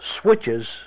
switches